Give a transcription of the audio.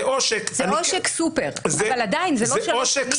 זה עושק סופר אבל עדיין זה לא שלוש שנים.